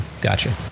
Gotcha